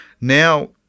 now